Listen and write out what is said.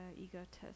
egotist